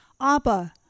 Abba